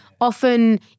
often